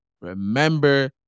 remember